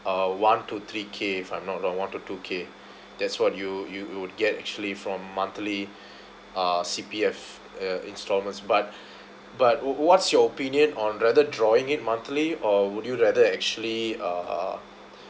uh one to three K if I'm not wrong one to two K that's what you you would get actually from monthly uh C_P_F uh installments but but what what's your opinion on rather drawing it monthly or would you rather actually uh